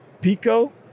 Pico